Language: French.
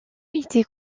était